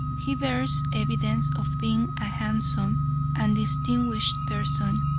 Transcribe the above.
he bears evidence of being a handsome and distinguished person,